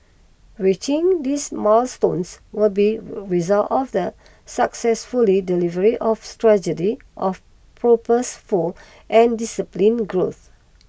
reaching these milestones will be result of the successful delivery of strategy of purposeful and discipline growth